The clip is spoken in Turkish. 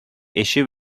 eşi